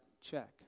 check